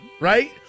right